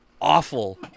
awful